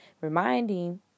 Reminding